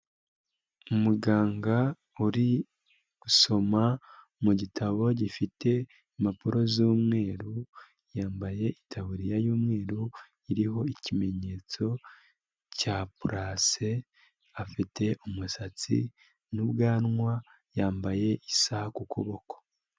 Umuganga uri gusoma mu gitabo gifite impapuro z'umweru yambaye itaburiya y'umweru iriho ikimenyetso cya purase, afite umusatsi n'ubwanwa yambaye isaha ku kuboko.